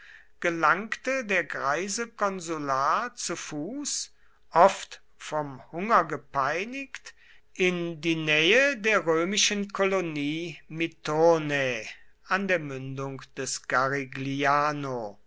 gelangte der greise konsular zu fuß oft vom hunger gepeinigt in die nähe der römischen kolonie minturnae an der mündung des